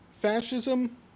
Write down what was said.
fascism